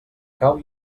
cau